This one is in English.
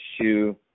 shoe